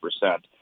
percent